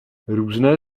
různé